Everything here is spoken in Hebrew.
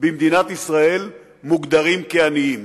במדינת ישראל מוגדרים כעניים?